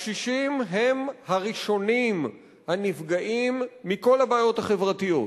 הקשישים הם הראשונים הנפגעים מכל הבעיות החברתיות.